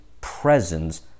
presence